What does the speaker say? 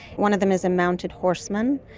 one of them is a mounted horseman,